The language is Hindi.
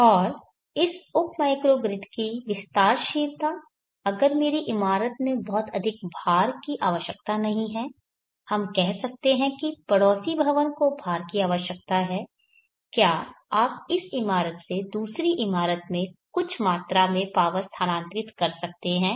और इस उप माइक्रोग्रिड की विस्तारशीलता अगर मेरी इमारत में बहुत अधिक भार की आवश्यकता नहीं है हम कह सकते हैं कि पड़ोसी भवन को भार की आवश्यकता है क्या आप इस इमारत से दूसरी इमारत में कुछ मात्रा में पावर स्थानांतरित कर सकते हैं